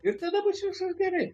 ir tada bus viskas gerai